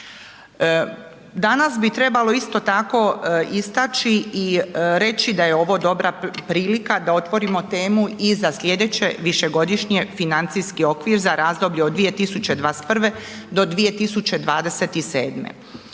Danas bi trebalo isto tako istaći i reći da je ovo dobra prilika da otvorimo temu i za slijedeće višegodišnje financijski okvir za razdoblje od 2021.-2027. Zbog